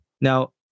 Now